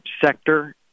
sector